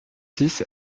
six